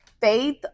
faith